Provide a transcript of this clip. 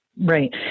Right